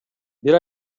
бир